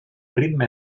ritme